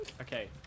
Okay